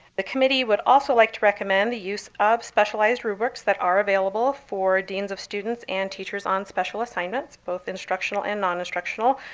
the committee would also like to recommend the use of specialized rubrics that are available for deans of students and teachers on special assignments, both instructional and non-instructional,